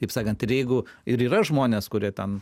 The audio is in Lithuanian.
kaip sakant ir jeigu ir yra žmonės kurie ten